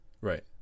Right